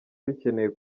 bikeneye